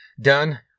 done